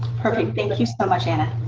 perfect. thank you so much, anna.